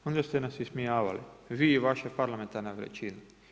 Onda ste nas ismijavali vi i vaša parlamentarna većina.